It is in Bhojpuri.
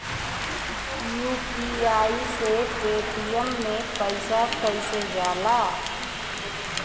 यू.पी.आई से पेटीएम मे पैसा कइसे जाला?